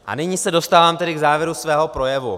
A nyní se dostávám k závěru svého projevu.